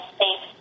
safe